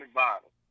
bottle